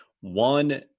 one